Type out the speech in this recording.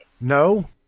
No